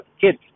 kids